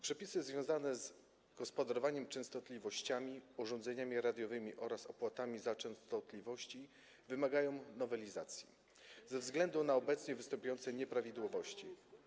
Przepisy związane z gospodarowaniem częstotliwościami, urządzeniami radiowymi oraz opłatami za częstotliwości wymagają nowelizacji ze względu na występujące nieprawidłowości.